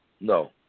No